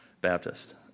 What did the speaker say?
Baptist